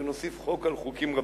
שנוסיף חוק על חוקים רבים.